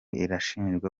irashinjwa